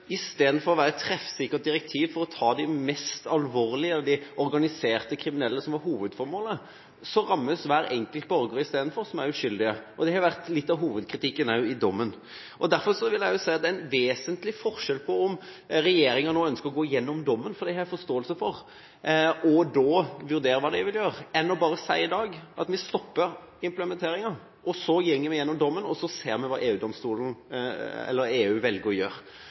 å være et treffsikkert direktiv for å ta de mest alvorlige og organiserte kriminelle, isteden rammer hver enkelt, uskyldig borger. Det har også vært litt av hovedkritikken i dommen. Derfor vil jeg si at det er en vesentlig forskjell på om regjeringa nå ønsker å gå igjennom dommen – noe jeg har forståelse for – og da vurdere hva den vil gjøre, eller om den i dag bare sier at vi stopper implementeringa, så går vi igjennom dommen og ser hva EU-domstolen eller EU velger å gjøre.